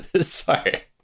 Sorry